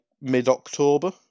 mid-October